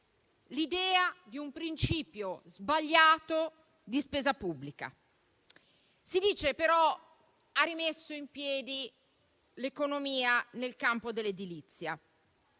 l'idea di un principio sbagliato di spesa pubblica. Si dice che, però, ha rimesso in piedi l'economia nel campo dell'edilizia.